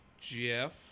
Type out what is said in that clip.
Jeff